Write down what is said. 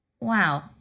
Wow